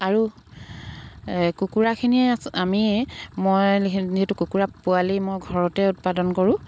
আৰু কুকুৰাখিনিয়ে আমিয়ে মই যিহেতু কুকুৰা পোৱালি মই ঘৰতে উৎপাদন কৰোঁ